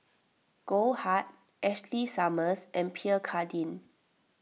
Goldheart Ashley Summers and Pierre Cardin